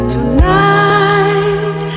Tonight